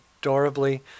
adorably